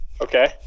okay